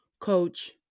coach